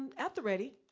at the ready,